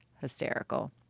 hysterical